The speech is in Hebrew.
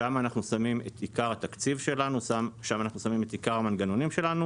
שם אנחנו שמים את עיקר התקציב שלנו ואת עיקר המנגנונים שלנו